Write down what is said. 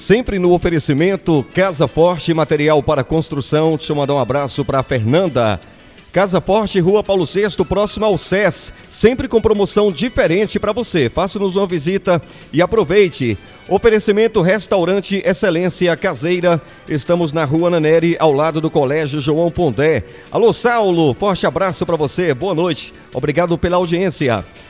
Sempre no oferecimento, Casa Forte, material para construção. Deixa eu mandar um abraço pra Fernanda. Casa Forte, Rua Paulo VI, próximo ao SES. Sempre com promoção diferente pra você. Faça-nos uma visita e aproveite. Oferecimento, restaurante, excelência caseira. Estamos na Rua Nanere, ao lado do Colégio João Pondé. Alô, Saulo, forte abraço pra você. Boa noite. Obrigado pela audiência.